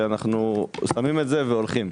שאנו שמים את זה והולכים.